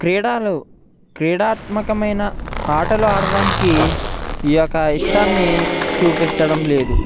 క్రీడాలు క్రీడాత్మకమైన ఆటలు ఆడడానికి ఈ యొక్క ఇష్టాన్ని చూపించడం లేదు